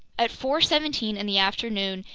at four seventeen in the afternoon,